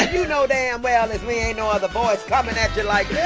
you know damn well it's me. ain't no other voice coming at you like yeah